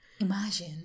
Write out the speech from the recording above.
Imagine